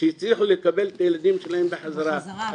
שהצליחו לקבל את הילדים שלהם בחזרה.